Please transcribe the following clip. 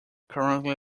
currently